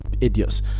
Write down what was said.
idiots